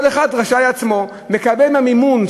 כל אחד רשאי לעצמו לקבל מימון,